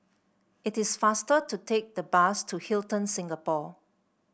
it is faster to take the bus to Hilton Singapore